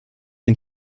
den